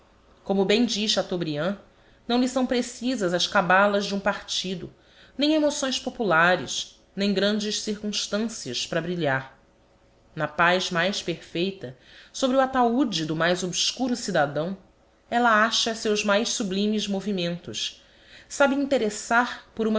como bem diz chateaubriand não lhe são precisas as cabalas de ura partido nem emoções populares nem grandes circumstancias para brilhar na paz mais perfeita sobre o ataúde do mais obscuro cidadão ella acha seus mais sublimes movimentos sabe interessar por